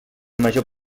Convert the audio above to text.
major